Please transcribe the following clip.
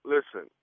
Listen